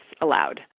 allowed